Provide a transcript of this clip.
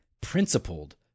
principled